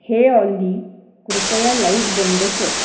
हे ऑली कृपया लाईट बंद कर